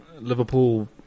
Liverpool